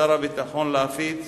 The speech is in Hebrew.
לקבוע כי שר הפנים לא יעניק